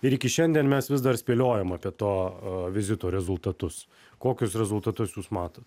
ir iki šiandien mes vis dar spėliojam apie to vizito rezultatus kokius rezultatus jūs matot